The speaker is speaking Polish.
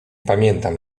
pamiętam